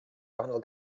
gwahanol